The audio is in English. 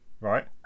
right